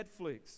Netflix